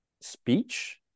speech